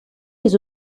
des